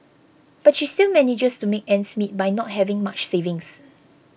but she still manages to make ends meet by not having much savings